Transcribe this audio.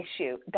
issue